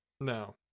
No